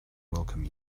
welcome